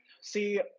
see